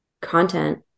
content